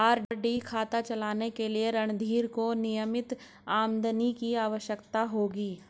RD खाता चलाने के लिए रणधीर को नियमित आमदनी की आवश्यकता होगी